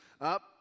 up